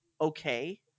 okay